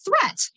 threat